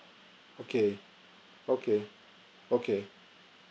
okay okay okay